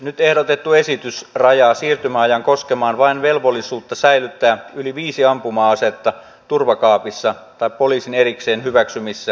nyt ehdotettu esitys rajaa siirtymäajan koskemaan vain velvollisuutta säilyttää yli viisi ampuma asetta turvakaapissa tai poliisin erikseen hyväksymissä säilytystiloissa